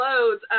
loads